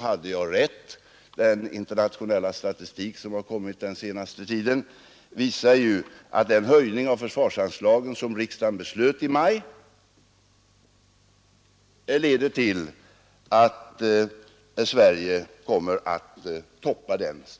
hade jag rätt — den internationella statistik som har kommit under den senaste tiden visar ju, att den höjning av försvarsanslagen som riksdagen beslöt i maj ger Sverige denna position.